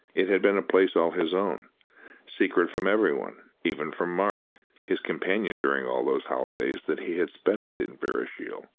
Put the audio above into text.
it had been a place all his own secret from every one, even from mark, his companion during all those holidays that he had spent at inverashiel.